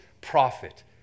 prophet